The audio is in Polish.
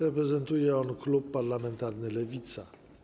Reprezentuje on klub parlamentarny Lewica.